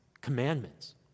commandments